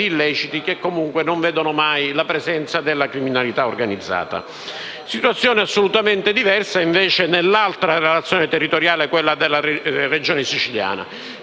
che comunque non vedono mai la presenza della criminalità organizzata. Situazione assolutamente diversa, invece, nell'altra relazione territoriale, quella sulla Regione Siciliana.